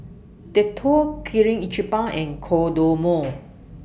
Dettol Kirin Ichiban and Kodomo